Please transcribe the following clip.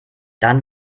dann